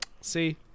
See